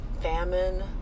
famine